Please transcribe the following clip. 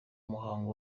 muhango